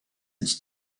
its